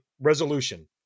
resolution